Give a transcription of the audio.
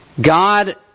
God